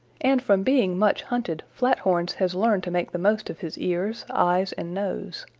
and from being much hunted flathorns has learned to make the most of his ears, eyes and nose.